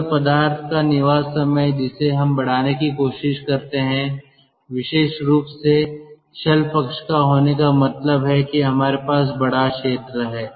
तरल पदार्थ का निवास समय जिसे हम बढ़ाने की कोशिश करते हैं विशेष रूप से शेल पक्ष का होने का मतलब है कि हमारे पास बड़ा क्षेत्र है